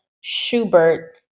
Schubert